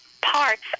parts